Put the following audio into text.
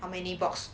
for many box